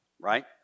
right